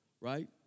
Right